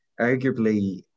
Arguably